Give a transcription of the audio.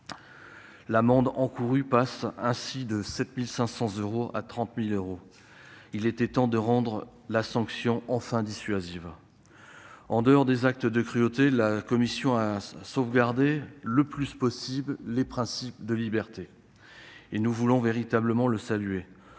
L'amende encourue est ainsi portée de 7 500 euros à 30 000 euros. Il était temps de rendre la sanction enfin dissuasive ! En dehors des actes de cruauté, la commission a sauvegardé le plus possible le principe de liberté ; nous le saluons. Ce texte